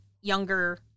younger